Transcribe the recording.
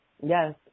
Yes